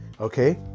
okay